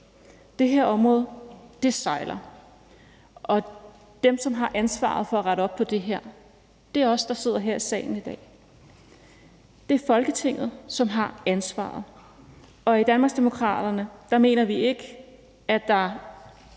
Det her område sejler. Og dem, som har ansvaret for at rette op på det her, er os, der sidder her i salen i dag. Det er Folketinget, som har ansvaret, og i Danmarksdemokraterne mener vi ikke, at der